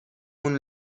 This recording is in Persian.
اون